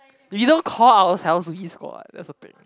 you don't call ourselves the E squad what that's the thing